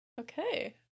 Okay